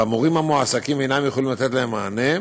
והמורים המועסקים אינם יכולים לתת להם מענה,